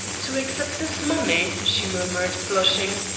to accept this money, she murmured, blushing,